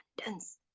abundance